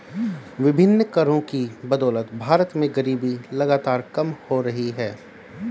विभिन्न करों की बदौलत भारत में गरीबी लगातार कम हो रही है